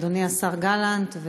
אדוני השר יואב גלנט,